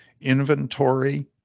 Inventory